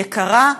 יקרה,